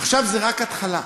עכשיו, זו רק ההתחלה.